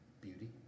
beauty